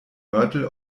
mörtel